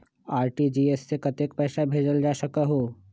RTGS से कतेक पैसा भेजल जा सकहु???